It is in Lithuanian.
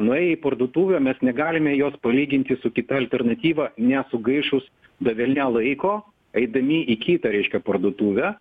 nuėję į parduotuvę mes negalime jos palyginti su kita alternatyva nesugaišus davelnia laiko eidami į kitą reiškia parduotuvę